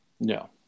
no